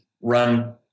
run